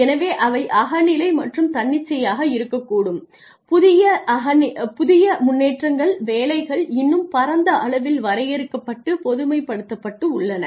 எனவே அவை அகநிலை மற்றும் தன்னிச்சையாக இருக்கக்கூடும் புதிய முன்னேற்றங்கள் வேலைகள் இன்னும் பரந்த அளவில் வரையறுக்கப்பட்டு பொதுமைப்படுத்தப்பட்டுள்ளன